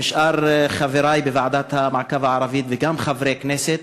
עם חברי בוועדת המעקב הערבית, וגם חברי כנסת.